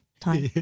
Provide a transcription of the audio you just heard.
time